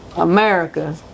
America